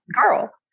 girl